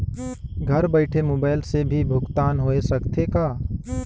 घर बइठे मोबाईल से भी भुगतान होय सकथे का?